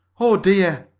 oh, dear!